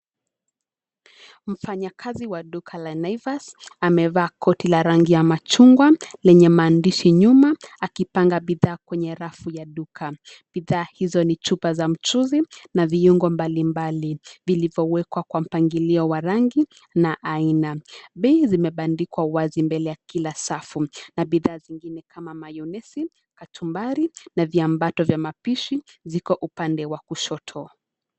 Mfanyakazi wa duka la Naivas , amevaa koti la rangi ya machungwa, lenye maandishi nyuma, akipanga bidhaa kwenye rafu ya duka, bidhaa hizo ni chupa za mchuzi, na viungo mbalimbali, vilivowekwa kwa mpangilio wa rangi, na aina, bei zimebandikwa wazi mbele ya kila safu na bidhaa zingine kama mayonnaise, kachumbari na viambato vya mapishi, ziko upande wa kushoto.